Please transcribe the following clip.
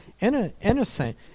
Innocent